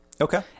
Okay